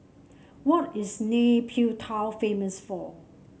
what is Nay Pyi Taw famous for